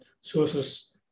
sources